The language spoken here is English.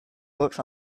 books